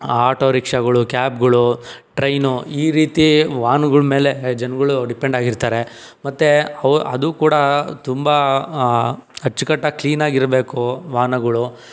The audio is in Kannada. ಆಟೋರಿಕ್ಷಾಗಳು ಕ್ಯಾಬ್ಗಳು ಟ್ರೈನು ಈ ರೀತಿ ವಾಹನಗಳ ಮೇಲೆ ಜನಗಳು ಡಿಪೆಂಡ್ ಆಗಿರ್ತಾರೆ ಮತ್ತು ಅವು ಅದು ಕೂಡ ತುಂಬ ಅಚ್ಚುಕಟ್ಟಾಗಿ ಕ್ಲೀನಾಗಿರಬೇಕು ವಾಹನಗಳು